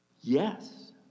yes